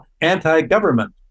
anti-government